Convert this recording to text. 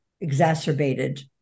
exacerbated